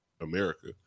America